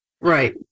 Right